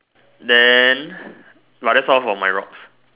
then but that's all for my rocks